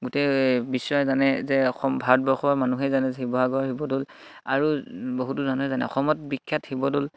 গোটেই বিশ্বই জানে যে অসম ভাৰতবৰ্ষৰ মানুহে জানে শিৱসাগৰ শিৱদৌল আৰু বহুতো মানুহে জানে অসমত বিখ্যাত শিৱদৌল